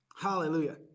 Hallelujah